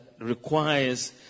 requires